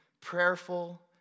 prayerful